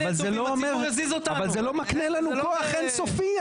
אבל זה לא מקנה לנו כוח אינסופי,